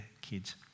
kids